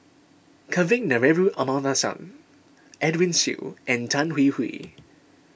Kavignareru Amallathasan Edwin Siew and Tan Hwee Hwee